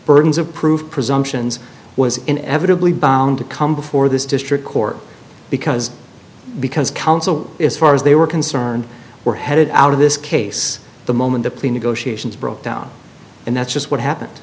proof presumptions was inevitably bound to come before this district court because because counsel as far as they were concerned were headed out of this case the moment the plea negotiations broke down and that's just what happened